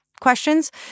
questions